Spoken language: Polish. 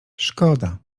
szkoda